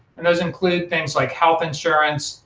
and those include things like health insurance,